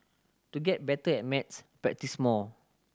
to get better at maths practise more